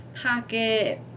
pocket